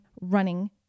running